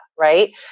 right